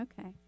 Okay